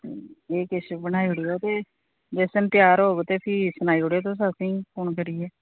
एह् किश बनाई ओड़ेओ ते जिस दिन त्यार होग ते फ्ही सनाई ओड़ेओ तुस असेंगी फोन करियै